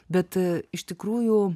bet iš tikrųjų